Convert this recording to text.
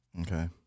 Okay